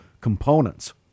components